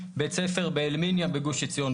בית ספר באלמיניה בגוש עציון,